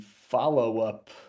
follow-up